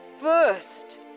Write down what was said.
first